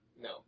No